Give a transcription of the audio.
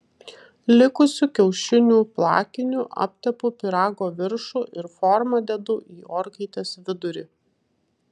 likusiu kiaušinių plakiniu aptepu pyrago viršų ir formą dedu į orkaitės vidurį